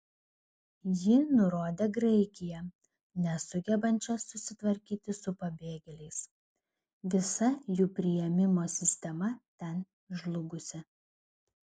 ji nurodė graikiją nesugebančią susitvarkyti su pabėgėliais visa jų priėmimo sistema ten žlugusi